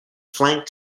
flank